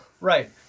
Right